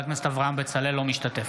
(קורא בשמות חברי הכנסת) אברהם בצלאל, אינו משתתף